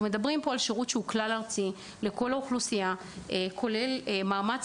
אנחנו מדברים על שירות כלל ארצי לכל האוכלוסייה כולל מאמץ